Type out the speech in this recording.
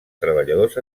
treballadors